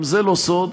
גם זה לא סוד.